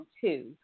two